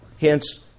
Hence